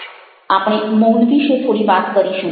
આપણે મૌન વિશે થોડી વાત કરીશું